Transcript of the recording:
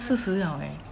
四十了 eh